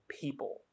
people